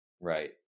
right